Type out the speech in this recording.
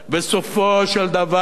בסופו של דבר,